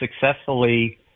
successfully